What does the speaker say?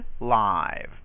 live